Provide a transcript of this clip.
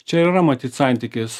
čia ir yra matyt santykis